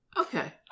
Okay